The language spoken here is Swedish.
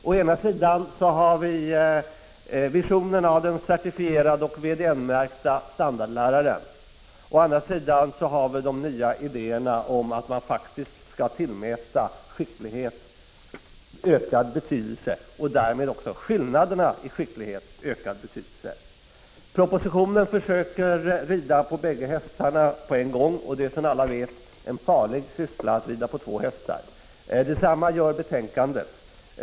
Å ena sidan har man visionen av en certifierad och VDN-märkt standardlärare. Å andra sidan har man de nya idéerna om att man faktiskt skall tillmäta skicklighet, och därmed också skillnaderna i skicklighet, ökad betydelse. I propositionen försöker man rida på bägge hästarna på samma gång, och det är som alla vet en farlig syssla. Detsamma försöker man göra i betänkandet.